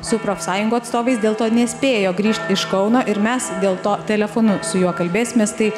su profsąjungų atstovais dėl to nespėjo grįžt iš kauno ir mes dėl to telefonu su juo kalbėsimės tai